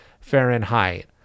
Fahrenheit